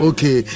Okay